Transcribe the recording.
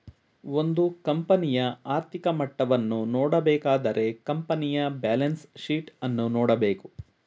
ಒಂದು ಕಂಪನಿಯ ಆರ್ಥಿಕ ಮಟ್ಟವನ್ನು ನೋಡಬೇಕಾದರೆ ಕಂಪನಿಯ ಬ್ಯಾಲೆನ್ಸ್ ಶೀಟ್ ಅನ್ನು ನೋಡಬೇಕು